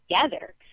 together